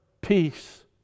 peace